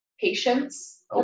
patience